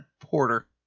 Porter